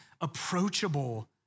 approachable